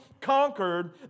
conquered